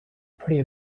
pretty